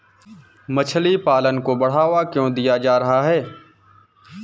मछली पालन को बढ़ावा क्यों दिया जा रहा है?